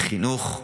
בחינוך,